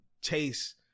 chase